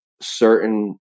certain